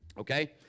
Okay